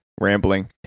Rambling